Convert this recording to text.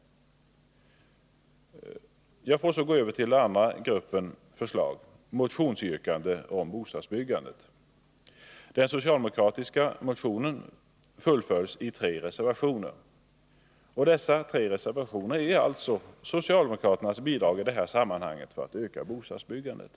Jag får så gå över till den andra gruppen förslag — motionsyrkanden om bostadsbyggandet. Den socialdemokratiska motionen fullföljs i tre reservationer. Dessa tre reservationer är alltså socialdemokraternas bidrag i det här sammanhanget för att öka bostadsbyggandet.